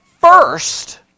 first